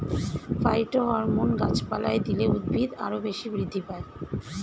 phytohormone গাছপালায় দিলে উদ্ভিদ আরও বেশি বৃদ্ধি পায়